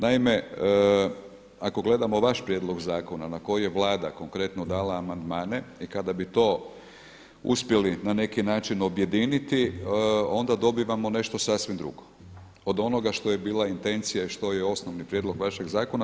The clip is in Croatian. Naime, ako gledamo vaš prijedlog zakona na koji je Vlada konkretno dala amandmane i kada bi to uspjeli na neki način objediniti onda dobivamo nešto sasvim drugo od onoga što je bila intencija i što je osnovni prijedlog vašeg zakona.